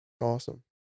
awesome